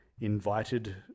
invited